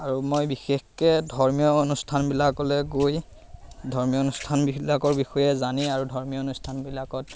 আৰু মই বিশেষকৈ ধৰ্মীয় অনুষ্ঠানবিলাকলে গৈ ধৰ্মীয় অনুষ্ঠানবিলাকৰ বিষয়ে জানি আৰু ধৰ্মীয় অনুষ্ঠানবিলাকত